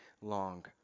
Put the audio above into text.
long